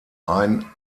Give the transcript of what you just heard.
ein